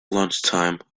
lunchtime